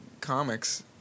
comics